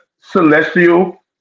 celestial